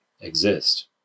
exist